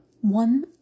One